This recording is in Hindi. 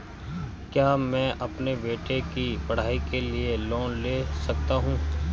क्या मैं अपने बेटे की पढ़ाई के लिए लोंन ले सकता हूं?